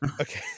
Okay